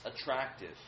attractive